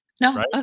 No